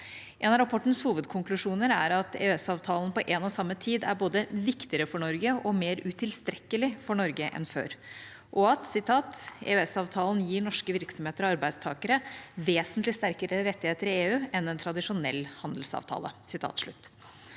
En av rapportens hovedkonklusjoner er at EØS-avtalen på en og samme tid er både viktigere og mer utilstrekkelig for Norge enn før, og at «EØS-avtalen gir dermed norske virksomheter og arbeidstakere vesentlig sterkere rettigheter i EU enn en tradisjonell handelsavtale